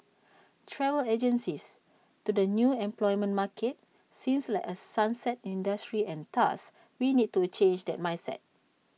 travel agencies to the new employment market seem like A 'sunset' industry and thus we need to change that mindset